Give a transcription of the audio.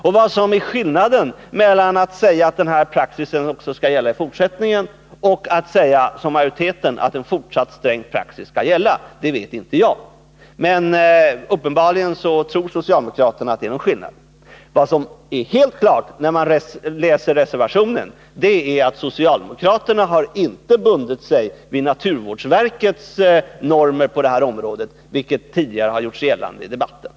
Jag vet inte vilken skillnad det är mellan att, som socialdemokraterna säger, en sträng praxis skall gälla även i fortsättningen och att, som majoriteten säger, en fortsatt sträng praxis skall gälla. Uppenbarligen tror socialdemokraterna att det är en skillnad. Vad som står helt klart för den som läser reservationen är att socialdemokraterna inte har bundit sig vid naturvårdsverkets normer på detta område, vilket tidigare har gjorts gällande i debatten.